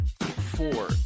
four